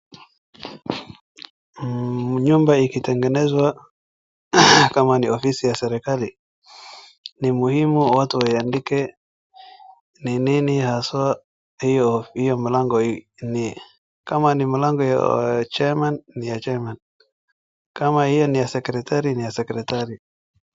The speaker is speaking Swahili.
Nyumba ikitengenezwa kama ni ofisi ya serikali, ni muhimu watu waandike ni nini haswa hiyo mlango ni, kama ni mlango ya chairman ni ya chairman ,kama hiyo ni ya secretary ni ya secretary .